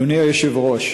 אדוני היושב-ראש,